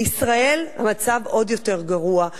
בישראל המצב עוד יותר גרוע.